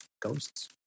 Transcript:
ghosts